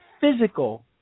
physical